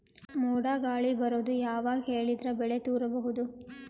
ಮೋಡ ಗಾಳಿ ಬರೋದು ಯಾವಾಗ ಹೇಳಿದರ ಬೆಳೆ ತುರಬಹುದು?